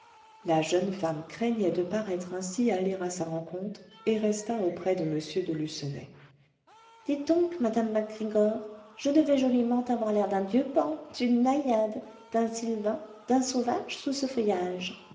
la jeune femme craignait de paraître ainsi aller à sa rencontre et resta auprès de m de lucenay dites donc madame mac gregor je devais joliment avoir l'air d'un dieu pan d'une naïade d'un sylvain d'un sauvage sous ce feuillage